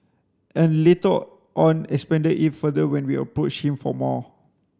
and later on expanded it further when we approached him for more